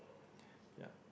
yeah